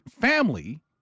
family